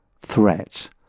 threat